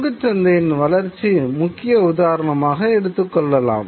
பங்குச் சந்தையின் வளர்ச்சி முக்கிய உதரணமாக எடுத்துக் கொள்ளலாம்